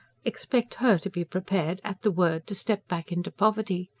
expect her to be prepared, at the word, to step back into poverty.